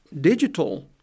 digital